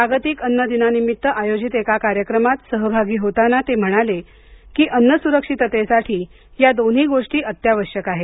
जागतिक अन्न दिनानिमत्त आयोजित एका कार्यक्रमात सहभागी होताना ते म्हणाले की अन्न सुरक्षिततेसाठी या दोन्ही गोष्टी अत्यावश्यक आहेत